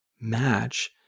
match